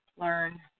learn